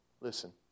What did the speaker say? Listen